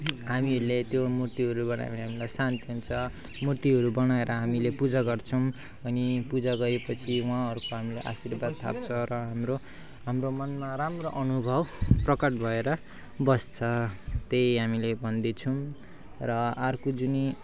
हामीहरूले त्यो मूर्तिहरू बनायो भने हामीलाई शान्ति हुन्छ मूर्तिहरू बनाएर हामीले पूजा गर्छौँ अनि पूजा गरेपछि उहाँहरूको हामीलाई आशीर्वाद थाप्छ र हाम्रो हाम्रो मनमा राम्रो अनुभव प्रकट भएर बस्छ त्यही हामीले भन्दैछौँ र अर्को जुनी